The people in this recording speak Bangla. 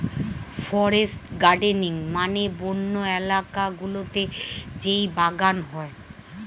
ফরেস্ট গার্ডেনিং মানে বন্য এলাকা গুলোতে যেই বাগান হয়